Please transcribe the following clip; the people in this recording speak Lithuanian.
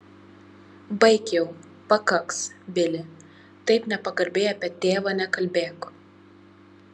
baik jau pakaks bili taip nepagarbiai apie tėvą nekalbėk